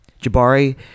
Jabari